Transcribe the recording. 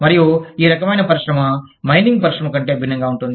మరియు ఈ రకమైన పరిశ్రమ మైనింగ్ పరిశ్రమ కంటే భిన్నంగా ఉంటుంది